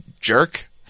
jerk